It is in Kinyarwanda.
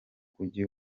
mujyi